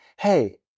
hey